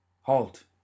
Halt